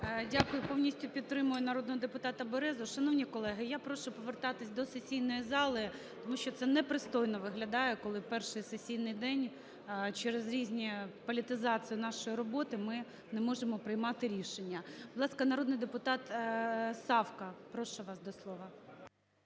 Дякую. Повністю підтримую народного депутата Березу. Шановні колеги, я прошу повертатися до сесійної зали, тому що це непристойно виглядає, коли перший сесійний день через різні... політизацію нашої роботи ми не можемо приймати рішення. Будь ласка, народний депутат Савка, прошу вас до слова.